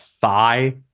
thigh